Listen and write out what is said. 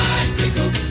Bicycle